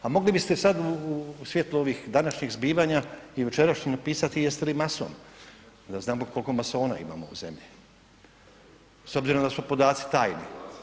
A mogli biste sada u svjetlu ovih današnjih zbivanja i jučerašnjih napisati jeste li mason da znamo koliko masona imamo u zemlji s obzirom da su podaci tajni.